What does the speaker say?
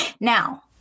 Now